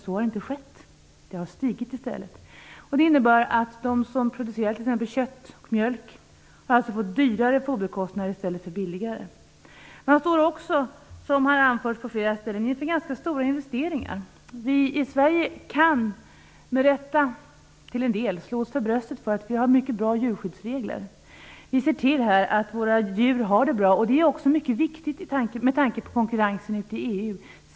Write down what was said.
Så har inte skett. I stället har det stigit. Det innebär att de som producerar kött och mjölk har fått högre foderkostnader i stället för lägre. De står också inför ganska stora investeringar. Vi i Sverige kan, till en del med rätta, slå oss för bröstet och säga att vi har mycket bra djurskyddsregler. Vi ser till att våra djur har det bra. Det är viktigt, med tanke på konkurrensen i EU.